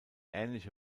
ähnliche